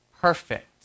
perfect